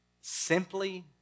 simply